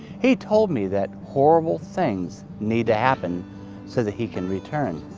he told me that horrible things need to happen so that he can return.